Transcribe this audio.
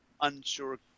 unsure